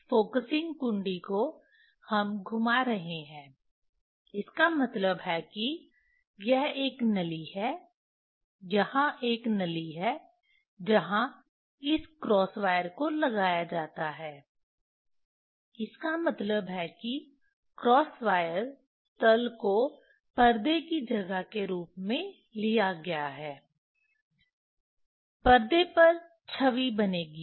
इस फ़ोकसिंग घुंडी को हम घुमा रहे हैं इसका मतलब है कि यह एक नली है यहां एक नली है जहाँ इस क्रॉस वायर को लगाया जाता है इसका मतलब है कि क्रॉस वायर तल को पर्दे की जगह के रूप में लिया गया है पर्दे पर छवि बनेगी